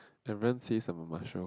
everyone says I'm a